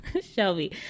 shelby